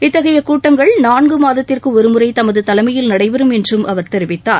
இத்தகைய கூட்டங்கள் நான்கு மாதத்திற்கு ஒருமுறை தமது தலைமையில் நடைபெறும் என்றும் அவர் கெரிவிக்கார்